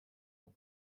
ans